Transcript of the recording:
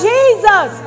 Jesus